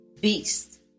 beast